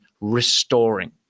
restoring